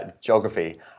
geography